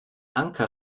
anker